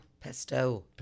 pesto